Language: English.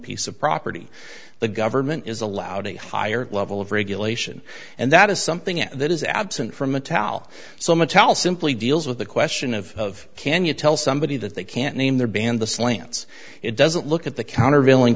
piece of property the government is allowed a higher level of regulation and that is something that is absent from a tell so much else simply deals with the question of of can you tell somebody that they can't name their band the slants it doesn't look at the countervailing